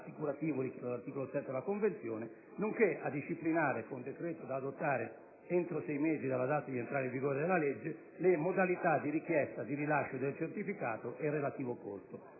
dall'articolo 7 della Convenzione, nonché a disciplinare, con decreto da adottare entro sei mesi dalla data di entrata in vigore della legge, le modalità di richiesta e di rilascio del certificato e il relativo costo.